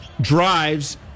drives